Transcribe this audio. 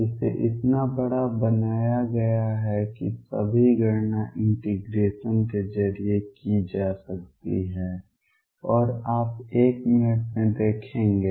इसे इतना बड़ा बनाया गया है कि सभी गणना इंटीग्रेशन के जरिए की जा सकती है और आप एक मिनट में देखेंगे